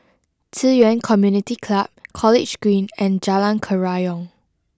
Ci Yuan Community Club College Green and Jalan Kerayong